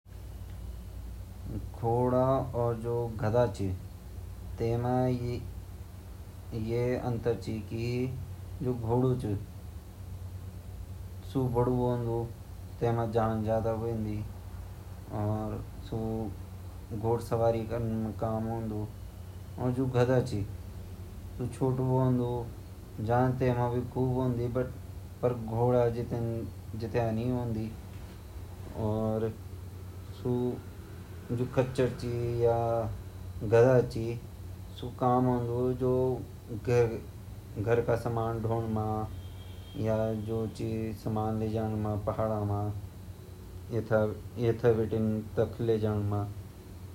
जु घोडा अर गधा छिन उमा भोत भिन्नता पाई जन्दी अर साइजा हिसाब से भी उन्का जु छोटू बडू वोंदु उँगु रंग भी भोत अलग अलग रंग वोंदु ,घोडा जु ची उ काम भी कन अर सवारी काम भी कन अर जु गधा ची उ सरिफ कामो कामो सामान उठोड़ो काम कन उ अर भोत ज़्यादा इति भिन्नता ची।